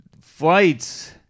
flights